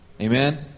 Amen